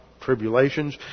tribulations